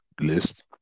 list